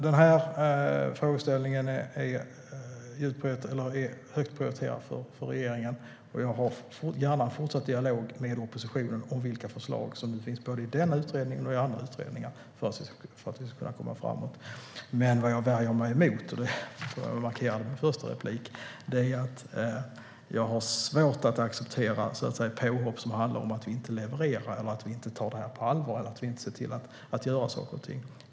Den här frågeställningen är högt prioriterad för regeringen, och jag har gärna en fortsatt dialog med oppositionen om vilka förslag som finns både i denna och i andra utredningar för att vi ska kunna komma framåt. Vad jag har svårt att acceptera, och det markerade jag i mitt första inlägg, är påhopp om att vi inte levererar, inte tar det här på allvar eller inte ser till att göra saker och ting.